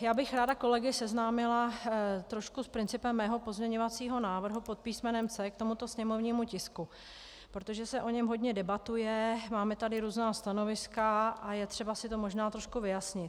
Já bych ráda kolegy seznámila trošku s principem svého pozměňovacího návrhu pod písmenem C k tomuto sněmovnímu tisku, protože se o něm hodně debatuje, máme tady různá stanoviska a je třeba si to možná trošku vyjasnit.